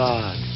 God